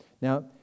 Now